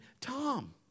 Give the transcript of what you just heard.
Tom